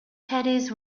caddies